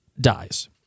dies